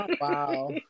Wow